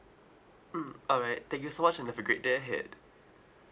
mm alright thank you so much and have a great day ahead